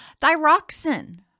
Thyroxin